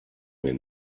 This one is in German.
mir